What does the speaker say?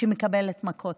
שמקבלת מכות,